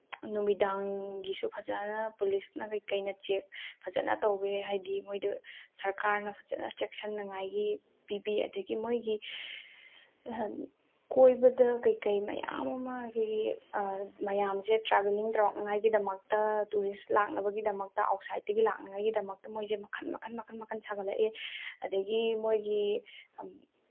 ꯅꯨꯃꯤꯗꯥꯡꯒꯤꯁꯨ ꯐꯖꯅ ꯄꯨꯂꯤꯁꯅ ꯀꯩꯀꯩꯅ ꯆꯦꯛ ꯐꯖꯅ ꯇꯧꯋꯦ ꯍꯥꯏꯗꯤ ꯃꯣꯏꯗꯣ ꯁꯔꯀꯥꯔꯅ ꯐꯖꯅ ꯆꯦꯛꯁꯤꯟꯅꯉꯥꯏꯒꯤ ꯄꯤꯕꯤ ꯑꯗꯒꯤ ꯃꯣꯏꯒꯤ ꯀꯣꯏꯕꯗ ꯀꯩꯀꯩ ꯃꯌꯥꯝ ꯑꯃꯒꯤ ꯃꯌꯥꯝꯁꯦ ꯇ꯭ꯔꯥꯕꯦꯂꯤꯡ ꯇꯧꯔꯛꯉꯥꯏꯒꯤꯗꯃꯛꯇ ꯇꯨꯔꯤꯁ ꯂꯥꯛꯅꯕꯒꯤꯗꯃꯛꯇ ꯑꯥꯎꯁꯥꯏꯠꯇꯒꯤ ꯂꯥꯛꯅꯉꯥꯏꯗꯃꯛꯇ ꯃꯈꯣꯏꯁꯦ ꯃꯈꯟ ꯃꯈꯟ ꯃꯈꯟ ꯃꯈꯟ ꯁꯥꯒꯠꯂꯛꯑꯦ ꯑꯗꯒꯤ ꯃꯣꯏꯒꯤ